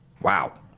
Wow